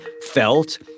felt